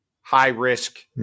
high-risk